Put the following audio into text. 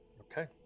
Okay